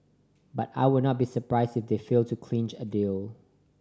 but I would not be surprised if they fail to clinch a deal